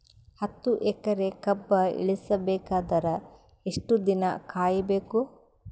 ಹತ್ತು ಎಕರೆ ಕಬ್ಬ ಇಳಿಸ ಬೇಕಾದರ ಎಷ್ಟು ದಿನ ಕಾಯಿ ಬೇಕು?